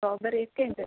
strawberry ഒക്കെയുണ്ട്